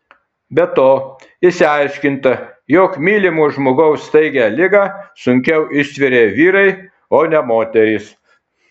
be to išsiaiškinta jog mylimo žmogaus staigią ligą sunkiau ištveria vyrai o ne moterys